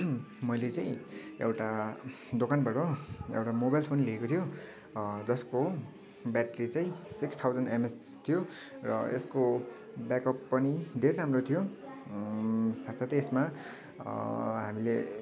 मैले चाहिँ एउटा दोकानबाट एउटा मोबाइल फोन लिएको थियो जसको ब्याट्री चाहिँ सिक्स थाउजन्ड एमएएच थियो र यसको ब्याकअप पनि धेरै राम्रो थियो साथसाथै यसमा हामीले